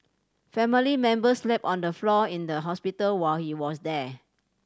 family members slept on the floor in the hospital while he was there